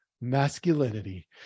masculinity